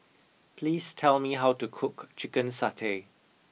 please tell me how to cook Chicken Satay